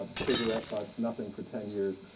um cigarette butts, nothing for ten years.